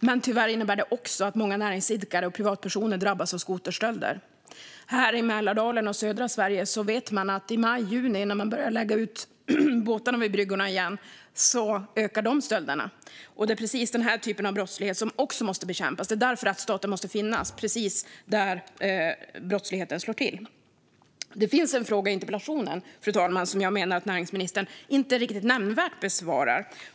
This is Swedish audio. men tyvärr innebär det också att många näringsidkare och privatpersoner drabbas av skoterstölder. Här i Mälardalen och södra Sverige börjar man lägga ut båtarna vid bryggorna igen i maj och juni, och då ökar de stölderna. Det är precis den här typen av brottslighet som måste bekämpas. Staten måste finnas precis där brottsligheten slår till. Fru talman! Det finns en fråga i interpellationen som jag menar att näringsministern inte nämnvärt besvarar.